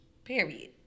Period